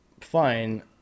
fine